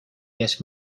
kes